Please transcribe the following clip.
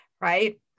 right